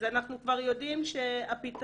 אז אנחנו כבר יודעים שהפתרון